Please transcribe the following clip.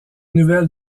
nouvelles